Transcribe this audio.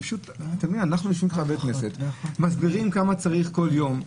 אנחנו יושבים בכנסת ומסבירים כמה צריך כל יום,